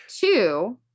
two